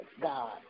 God